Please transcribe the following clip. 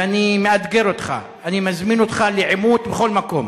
ואני מאתגר אותך, אני מזמין אותך לעימות בכל מקום: